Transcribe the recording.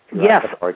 Yes